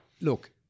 look